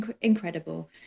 incredible